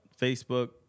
Facebook